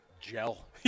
gel